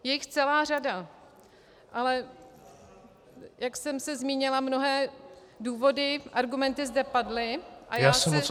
Je jich celá řada, ale jak jsem se zmínila, mnohé důvody a argumenty zde padly a já se